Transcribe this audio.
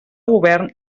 govern